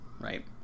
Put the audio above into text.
Right